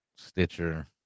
Stitcher